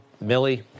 Millie